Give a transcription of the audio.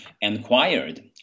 inquired